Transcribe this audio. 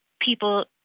people